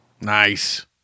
Nice